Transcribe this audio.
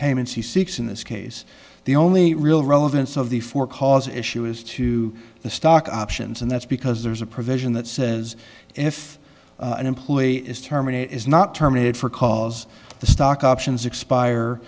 payments he seeks in this case the only real relevance of the four cause issue is to the stock options and that's because there's a provision that says if an employee is terminated is not terminated for cause the stock options expire